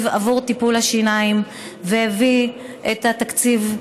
עבור טיפולי השיניים והביא את התקציב,